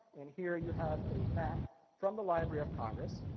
and here you have a map from the library of congress,